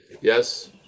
yes